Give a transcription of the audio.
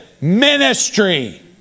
Ministry